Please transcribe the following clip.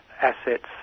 assets